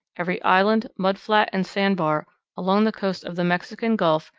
every island, mud flat, and sand bar along the coast of the mexican gulf,